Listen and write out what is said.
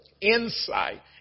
insight